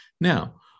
Now